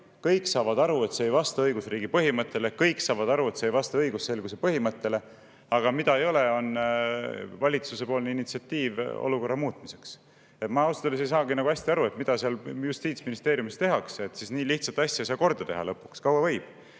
Kõik saavad aru, et see ei vasta õigusriigi põhimõttele, kõik saavad aru, et see ei vasta õigusselguse põhimõttele, aga mida ei ole, on valitsuse initsiatiiv olukorra muutmiseks. Ma ausalt öeldes ei saa nagu hästi aru, mida seal Justiitsministeeriumis üldse tehakse, et nii lihtsat asja ei saa korda teha lõpuks. Kaua võib?